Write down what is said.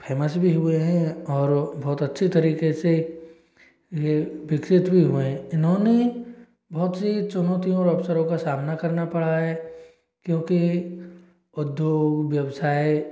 famous भी हुए हैं और बहुत अच्छी तरीके से यह विकसित भी हुए हैं इन्होंने बहुत सी चुनौतियों अवसरों का सामना करना पड़ा है क्योंकि उद्योग व्यवसाय